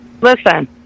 Listen